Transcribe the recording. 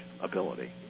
ability